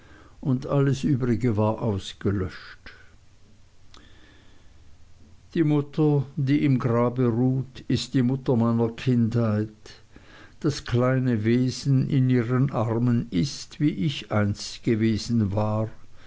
und alles übrige war ausgelöscht die mutter die im grabe ruht ist die mutter meiner kindheit das kleine wesen in ihren armen ist wie ich einst gewesen war